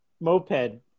moped